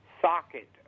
socket